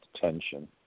tension